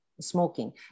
smoking